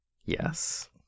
Yes